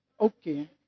Okay